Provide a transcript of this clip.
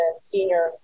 senior